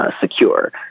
secure